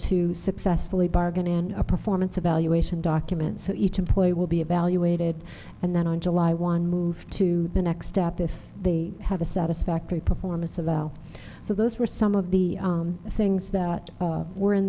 to successfully bargain in a performance evaluation document so each employee will be evaluated and then on july one move to the next step if they have a satisfactory performance of well so those were some of the things that were in